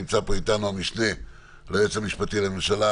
נמצא פה איתנו המשנה ליועץ המשפטי לממשלה,